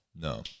No